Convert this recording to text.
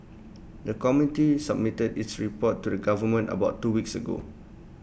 the committee submitted its report to the government about two weeks ago